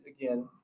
again